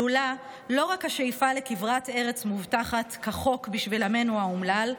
כלולה לא רק השאיפה לכברת ארץ מובטחת כחוק בשביל עמנו האומלל,